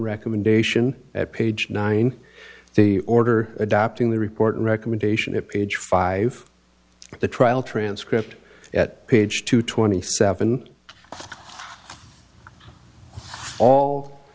recommendation at page nine the order adopting the report recommendation to page five the trial transcript at page two twenty seven all